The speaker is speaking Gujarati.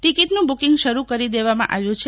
ટીકીટનું બુકિંગ શરૂ કરી દેવામાં આવ્યું છે